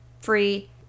free